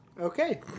Okay